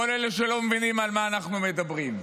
כל אלה שלא מבינים על מה אנחנו מדברים.